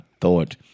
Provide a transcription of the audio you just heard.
thought –